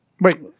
wait